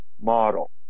model